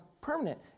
permanent